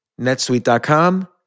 netsuite.com